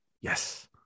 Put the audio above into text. Yes